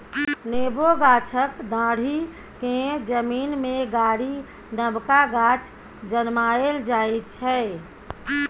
नेबो गाछक डांढ़ि केँ जमीन मे गारि नबका गाछ जनमाएल जाइ छै